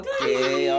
Okay